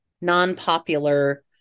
non-popular